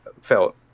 felt